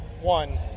one